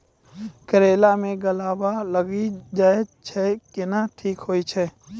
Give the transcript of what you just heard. करेला मे गलवा लागी जे छ कैनो ठीक हुई छै?